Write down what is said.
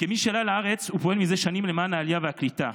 כמי שעלה לארץ ופועל זה שנים למען העלייה והקליטה,